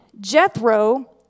Jethro